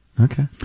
Okay